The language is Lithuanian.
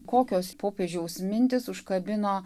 kokios popiežiaus mintys užkabino